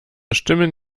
stimmen